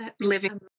Living